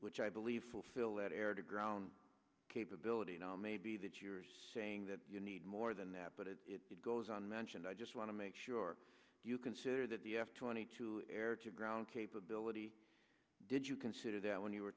which i believe fulfill that air to ground capability now may be that you're saying that you need more than that but it goes on mentioned i just want to make sure you consider that the f twenty two air to ground capability did you consider that when you were